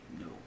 No